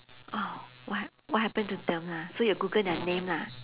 oh what what happened to them lah so you'll google their name lah